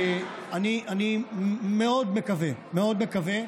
אני מאוד מקווה, מאוד מקווה,